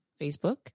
Facebook